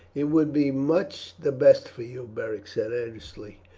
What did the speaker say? it would be much the best for you, beric said earnestly.